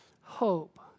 hope